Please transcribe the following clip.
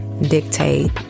dictate